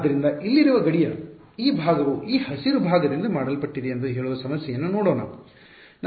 ಆದ್ದರಿಂದ ಇಲ್ಲಿರುವ ಗಡಿಯ ಈ ಭಾಗವು ಈ ಹಸಿರು ಭಾಗದಿಂದ ಮಾಡಲ್ಪಟ್ಟಿದೆ ಎಂದು ಹೇಳುವ ಸಮಸ್ಯೆಯನ್ನು ನೋಡೋಣ